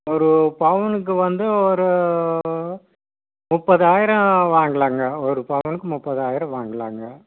ஒரு பவுனுக்கு வந்து ஒரு முப்பதாயிரம் வாங்கலாங்க ஒரு பவுனுக்கு முப்பதாயிரம் வாங்கலாங்க